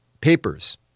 papers